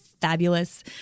fabulous